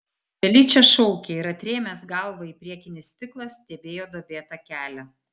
feličė šaukė ir atrėmęs galvą į priekinį stiklą stebėjo duobėtą kelią